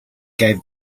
gave